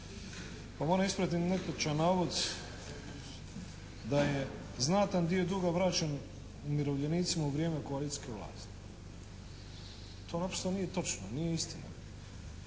Pa moram ispraviti netočan navod da je znatan dio duga vraćen umirovljenicima u vrijeme koalicijske vlasti. To naprosto nije točno, nije istina.